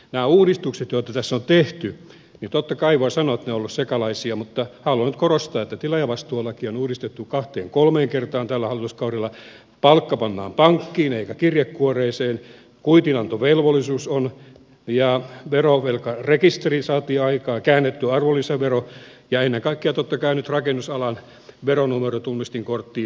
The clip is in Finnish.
näistä uudistuksista joita tässä on tehty totta kai voi sanoa että ne ovat olleet sekalaisia mutta haluan nyt korostaa että tilaajavastuulakia on uudistettu kahteen kolmeen kertaan tällä hallituskaudella palkka pannaan pankkiin eikä kirjekuoreen kuitinantovelvollisuus on ja verovelkarekisteri saatiin aikaan käännetty arvonlisävero ja ennen kaikkea totta kai nyt rakennusalan veronumero tunnistinkorttiin